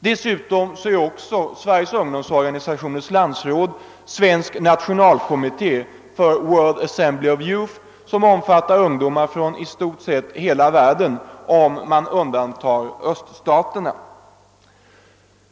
Dessutom är Sveriges ungdomsorganisationers landsråd nationalkommitté för World Assembly of Youth, som omfattar ungdomar från i stort sett hela världen med undantag för öststaterna.